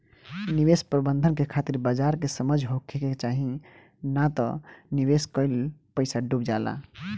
निवेश प्रबंधन के खातिर बाजार के समझ होखे के चाही नात निवेश कईल पईसा डुब जाला